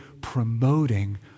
promoting